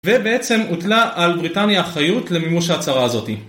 ובעצם הוטלה על בריטניה האחריות למימוש ההצהרה הזאתי.